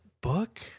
book